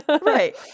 Right